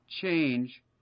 change